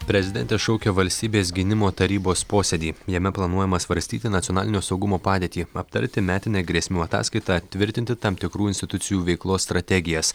prezidentė šaukia valstybės gynimo tarybos posėdį jame planuojama svarstyti nacionalinio saugumo padėtį aptarti metinę grėsmių ataskaitą tvirtinti tam tikrų institucijų veiklos strategijas